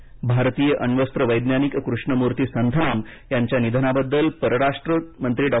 निधन भारतीय अण्वस्त्र वैज्ञानिक कृष्णमूर्ती संथनमयांच्या निधनाबद्दल परराष्ट्रमंत्री डॉ